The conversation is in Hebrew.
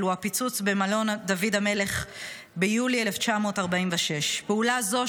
הוא הפיצוץ במלון דוד המלך ביולי 1946. פעולה זו,